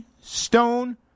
Stone